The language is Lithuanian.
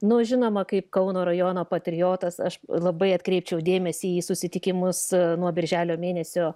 na o žinoma kaip kauno rajono patriotas aš labai atkreipčiau dėmesį į susitikimus nuo birželio mėnesio